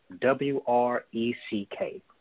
W-R-E-C-K